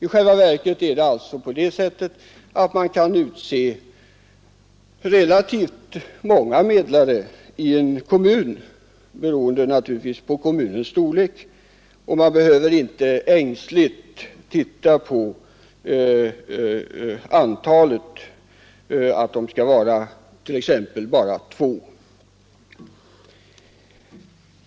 I själva verket är det på det sättet, att man kan utse relativt många medlare i en kommun naturligtvis beroende på kommunens storlek — och att man därvid inte behöver ängsligt snegla på antalet, t.ex. att medlarna skall vara bara två.